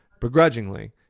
begrudgingly